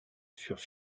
furent